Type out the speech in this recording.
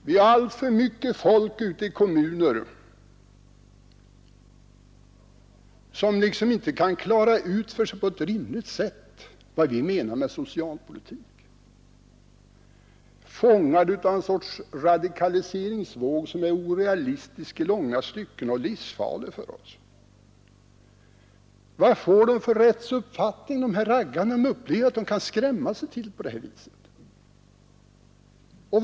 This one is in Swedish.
Vi har alltför mycket folk ute i kommunerna, som inte kan klara ut för sig vad vi menar med socialpolitik. De är fångade av ett slags radikaliseringsvåg som är orealistisk i långa stycken och livsfarlig för oss. Vad får de här raggarna för rättsuppfattning när de ser att de kan skrämma sig till vad de vill ha på detta sätt?